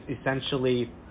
essentially